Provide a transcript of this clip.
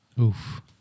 Oof